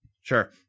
Sure